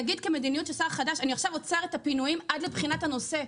תגיד כמדיניות של שר חדש: אני עכשיו עוצר את הפינויים עד לבחינת הנושא.